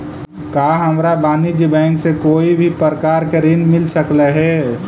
का हमरा वाणिज्य बैंक से कोई भी प्रकार के ऋण मिल सकलई हे?